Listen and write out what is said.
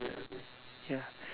ya